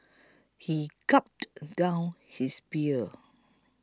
he gulped down his beer